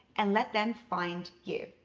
and let them find you.